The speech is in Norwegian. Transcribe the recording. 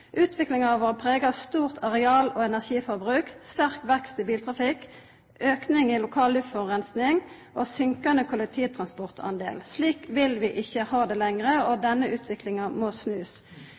Utviklinga har vore prega av stort areal- og energiforbruk, sterk vekst i biltrafikken, auke i lokal luftforureining og ein synkande del kollektivtransport. Slik vil vi ikkje ha det lenger. Denne utviklinga må